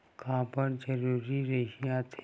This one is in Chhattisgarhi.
का बार जरूरी रहि थे?